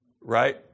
right